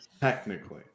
technically